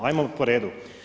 Hajmo po redu.